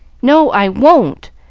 no, i won't!